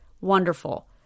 wonderful